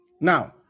Now